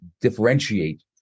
differentiate